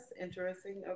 interesting